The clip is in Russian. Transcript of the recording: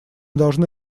должны